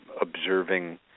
observing